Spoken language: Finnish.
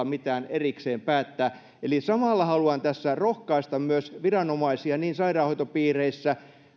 mitään erikseen päättää eli samalla haluan tässä rohkaista myös viranomaisia niin sairaanhoitopiireissä